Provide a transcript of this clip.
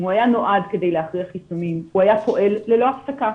אם הוא היה נועד כדי להכריח חיסונים הוא היה פועל ללא הפסקה,